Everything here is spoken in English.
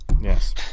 Yes